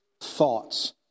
thoughts